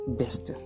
best